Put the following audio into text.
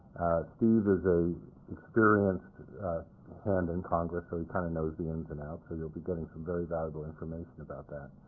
steve is a experienced hand in congress, so he kind of knows the ins and outs, so you'll be getting some very valuable information about that.